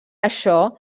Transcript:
això